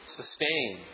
sustain